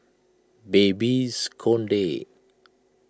Babes Conde